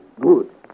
good